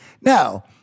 Now